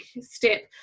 step